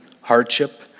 hardship